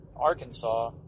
Arkansas